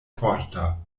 forta